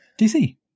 DC